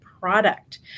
product